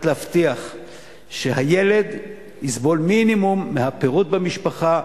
להבטיח שהילד יסבול מינימום מהפירוד במשפחה,